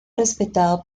respetado